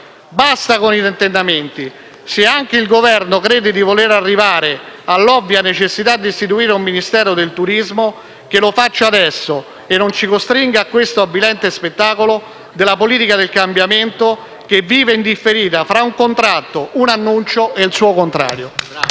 Basta con i tentennamenti. Se anche il Governo crede di voler arrivare all'ovvia necessità di istituire un Ministero del turismo, che lo faccia adesso e non ci costringa a questo avvilente spettacolo della politica del cambiamento, che vive in differita fra un contratto, un annuncio e il suo contrario.